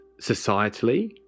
societally